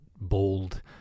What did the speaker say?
bold